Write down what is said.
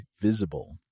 Visible